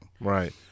Right